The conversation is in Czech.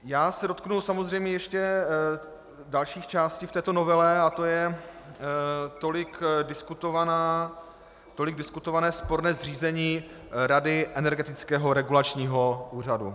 Já se dotknu samozřejmě ještě dalších částí v této novele a to je tolik diskutované sporné zřízení rady Energetického regulačního úřadu.